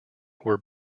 were